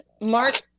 Mark